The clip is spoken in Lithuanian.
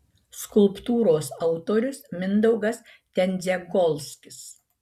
skulptūros autorius mindaugas tendziagolskis